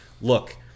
look